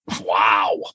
Wow